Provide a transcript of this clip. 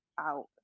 out